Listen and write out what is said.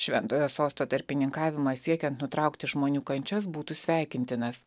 šventojo sosto tarpininkavimas siekiant nutraukti žmonių kančias būtų sveikintinas